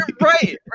Right